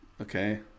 Okay